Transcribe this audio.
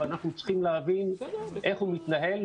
ואנחנו צריכים להבין איך הוא מתנהל,